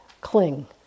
cling